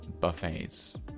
buffets